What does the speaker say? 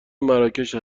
مراکش